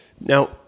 Now